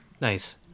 Nice